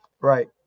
Right